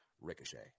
RICOCHET